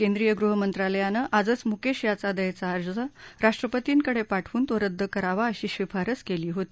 केंद्रीय गृहमंत्रालयानं आजच मुकेश याचा दयेचा अर्ज राष्ट्रपतींकडे पाठवून तो रद्द करावा अशी शिफारसही केली होती